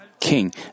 king